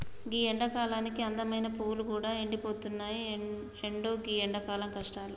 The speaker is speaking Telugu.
గీ ఎండకాలానికి అందమైన పువ్వులు గూడా ఎండిపోతున్నాయి, ఎంటో గీ ఎండల కష్టాలు